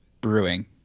brewing